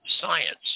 science